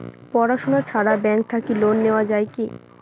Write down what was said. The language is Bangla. পড়াশুনা ছাড়া ব্যাংক থাকি লোন নেওয়া যায় কি?